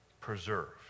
preserved